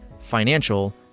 financial